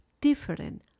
different